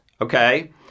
okay